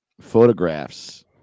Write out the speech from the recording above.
photographs